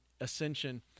ascension